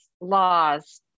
laws